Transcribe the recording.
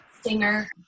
Singer